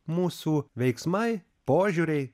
mūsų veiksmai požiūriai